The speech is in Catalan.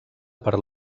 per